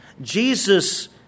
Jesus